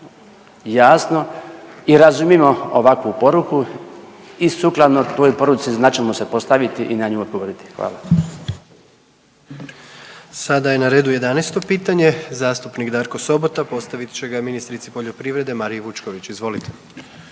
jasno i razumimo ovakvu poruku i sukladno toj poruci znat ćemo se postaviti i na nju odgovoriti. Hvala. **Jandroković, Gordan (HDZ)** Sada je na redu 11 pitanje. Zastupnik Darko Sobota postavit će ga ministrici poljoprivrede, Mariji Vučković. Izvolite.